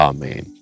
Amen